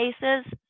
cases